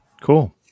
Cool